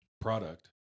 product